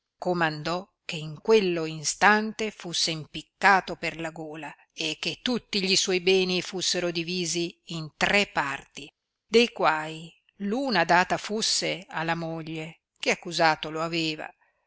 comandò che in quello instante fusse impiccato per la gola e che tutti gli suoi beni russerò divisi in tre parti de quai l'una data fusse alla moglie che accusato lo aveva